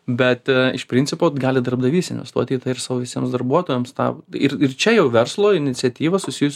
bet iš principo gali darbdavys investuoti į tai ir savo visiems darbuotojams tą ir ir čia jau verslo iniciatyva susijusi